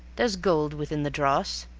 there's gold within the dross.